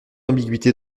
ambiguïté